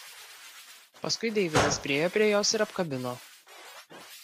paskui deividas priėjo prie jos ir apkabino